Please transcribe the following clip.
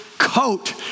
coat